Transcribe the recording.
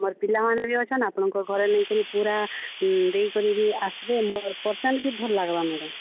ମୋର ପିଲା ମାନେ ବି ଅଛନ୍ ଆପଣଙ୍କ ଘରେ ନେଇକରି ପୁରା ଦେଇକରି ବି ଆସବେ ମୋର ପସନ୍ଦ ବି ଭଲ୍ ଲାଗ୍ବା ମ୍ୟାଡ଼ାମ୍